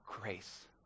grace